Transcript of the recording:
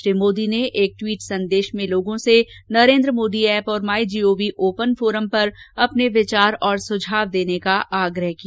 श्री मोदी ने एक ट्वीट संदेश में लोगों से नरेन्द्र मोदी ऐप और my G O V open forum पर अपने विचार और सुझाव देने का आग्रह किया